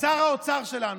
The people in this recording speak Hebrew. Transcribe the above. שר האוצר שלנו,